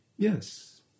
Yes